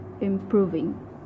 improving